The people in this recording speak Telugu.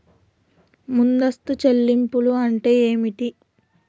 ముందస్తు చెల్లింపులు అంటే ఏమిటి?